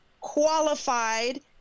qualified